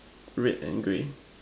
red and grey